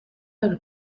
del